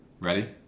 Ready